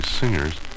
singers